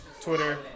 Twitter